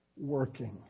working